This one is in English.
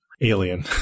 alien